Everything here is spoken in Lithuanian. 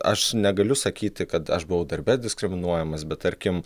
aš negaliu sakyti kad aš buvau darbe diskriminuojamas bet tarkim